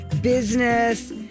business